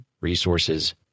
resources